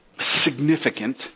significant